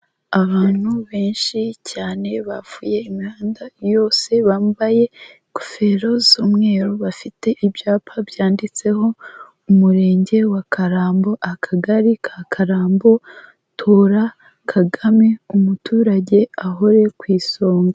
Abantu benshi cyane, bavuye imihanda yose, bambaye ingofero z'umweru, bafite ibyapa byanditseho umurenge wa Karambo, akagari ka Karambo, tora Kagame umuturage ahore ku isonga.